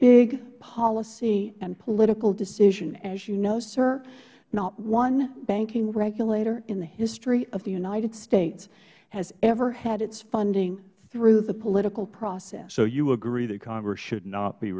big policy and political decision as you know sir not one banking regulator in the history of the united states has ever had its funding through the political process mister gowdy so you agree that congress should not be